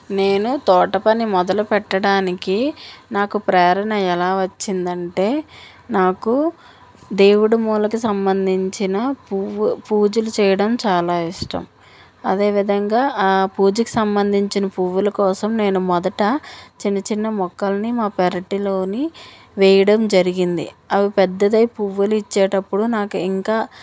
నేను తోట పని మొదలు పెట్టడానికి నాకు ప్రేరణ ఎలా వచ్చింది అంటే నాకు దేవుడు మూలకి సంబంధించిన పు పూజలు చేయడం చాలా ఇష్టం అదేవిధంగా ఆ పూజకు సంబంధించిన పూల కోసం నేను మొదట చిన్న చిన్న మొక్కల్ని మా పెరట్లో వేయడం జరిగింది అవి పెద్దదై పూలు ఇచ్చేటప్పుడు నాకు ఇంకా